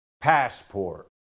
passport